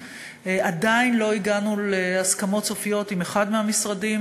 עדיין לא הגענו להסכמות סופיות עם אחד מהמשרדים,